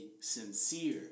sincere